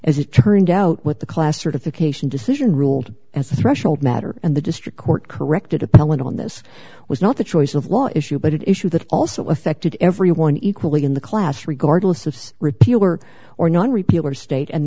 as it turned out with the class certification decision ruled as a threshold matter and the district court corrected appellant on this was not the choice of law issue but issue that also affected everyone equally in the class regardless of repeal or or non repeal or state and